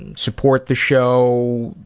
and support the show,